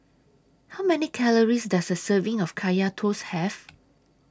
How Many Calories Does A Serving of Kaya Toast Have